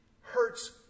hurts